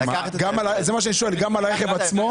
זה מה שאני שואל, גם על הרכב עצמו?